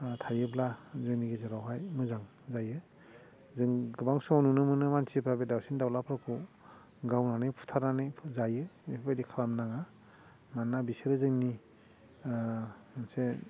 थायोब्ला जोंनि गेजेरावहाय मोजां जायो जों गोबां समाव नुनो मोनो मानसिफ्रा बे दाउसिन दाउलाफोरखौ गावनानै फुथारनानै जायो बेफोरबादि खालामनो नाङा मानोना बिसोरो जोंनि मोनसे